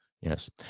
Yes